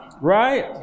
right